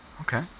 Okay